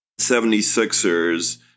76ers